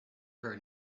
her